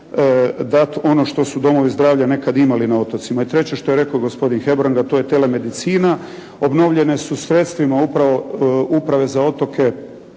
Dati ono što su domovi zdravlja nekad imali na otocima. I treće što je rekao gospodin Hebrang a to je telemedicina. Obnovljene su sredstvima upravo,